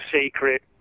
secret